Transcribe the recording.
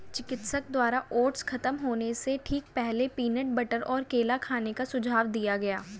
चिकित्सक द्वारा ओट्स खत्म होने से ठीक पहले, पीनट बटर और केला खाने का सुझाव दिया गया